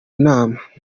inama